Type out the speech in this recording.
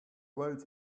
weight